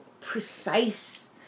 precise